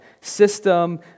system